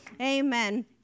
Amen